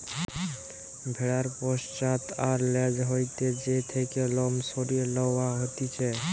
ভেড়ার পশ্চাৎ আর ল্যাজ হইতে যে থেকে লোম সরিয়ে লওয়া হতিছে